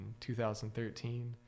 2013